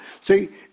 See